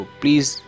please